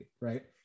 right